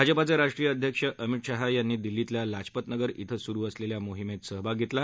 भाजपाचे राष्ट्रीय अध्यक्ष अमित शाह यांनी दिल्लीतल्या लाजपत नगर इथं सुरु असलेल्या मोहीमेत सहभाग घेतला